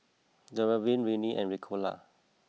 Dermaveen Rene and Ricola